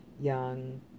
young